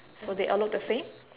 so they all look the same